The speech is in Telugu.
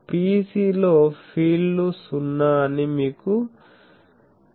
PEC లో ఫీల్డ్లు సున్నాఅని మీకు తెలుసని అనుకుంటున్నాను